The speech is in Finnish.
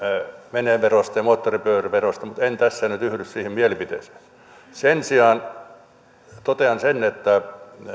veneverosta ja moottoripyöräverosta mutta en tässä nyt mene siihen mielipiteeseen sen sijaan totean sen että